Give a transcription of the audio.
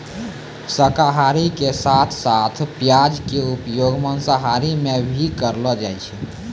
शाकाहार के साथं साथं प्याज के उपयोग मांसाहार मॅ भी करलो जाय छै